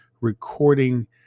recording